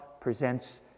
presents